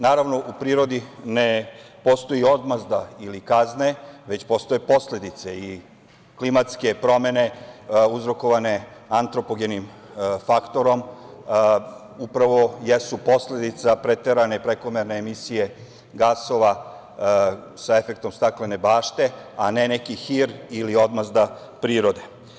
Naravno, u prirodi ne postoji odmazda ili kazne, već postoje posledice i klimatske promene uzrokovane antropogenim faktorom upravo jesu posledica preterane, prekomerne emisije gasova sa efektom staklene bašte, a ne neki hir ili odmazda prirode.